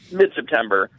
mid-September